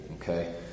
okay